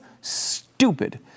stupid